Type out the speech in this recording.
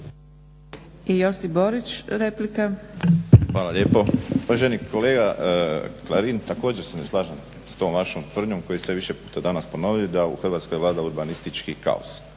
Josip (HDZ)** Hvala lijepo. Uvaženi kolega Klarin, također se ne slažem s tom vašom tvrdnjom koju ste više puta danas ponovili da u Hrvatsko vlada urbanistički kaos.